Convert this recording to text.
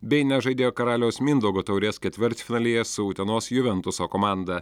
bei nežaidė karaliaus mindaugo taurės ketvirtfinalyje su utenos juventuso komanda